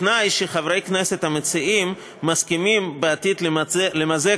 בתנאי שחברי הכנסת המציעים מסכימים למזג